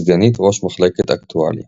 וסגנית ראש מחלקת אקטואליה.